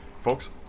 Folks